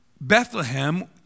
Bethlehem